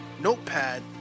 notepad